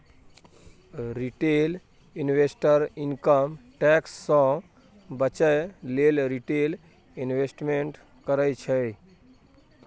retail investor income tax सँ बचय लेल रिटेल इंवेस्टमेंट करय छै